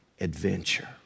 adventure